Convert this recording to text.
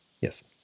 Yes